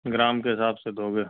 ग्राम के हिसाब से दोगे